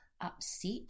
upset